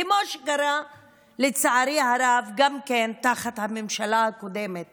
כמו שקרה לצערי הרב גם כן תחת הממשלה הקודמת